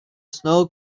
snow